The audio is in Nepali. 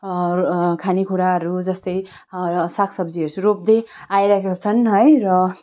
खानेकुराहरू जस्तै सागसब्जीहरू चाहिँ रोप्दै आइरहेका छन् है र